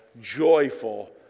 joyful